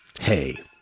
hey